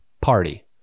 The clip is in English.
party